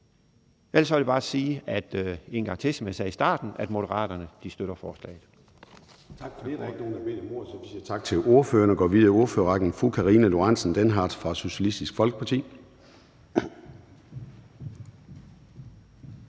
Ellers vil jeg bare sige, som jeg sagde i starten, at Moderaterne støtter forslaget.